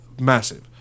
massive